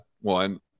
one